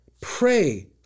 Pray